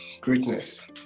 greatness